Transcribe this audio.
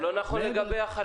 זה לא נכון לגבי הזוגות.